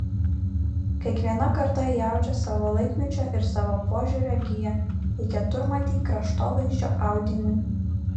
kiekviena karta įaudžia savo laikmečio ir savo požiūrio giją į keturmatį kraštovaizdžio audinį